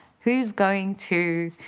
who's going to